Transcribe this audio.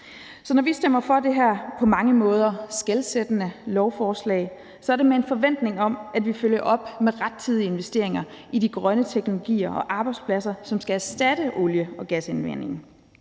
når vi stemmer for det her på mange måder skelsættende lovforslag, er det med en forventning om, at vi følger op med rettidige investeringer i de grønne teknologier og arbejdspladser, som skal erstatte olie- og gasindvindingen.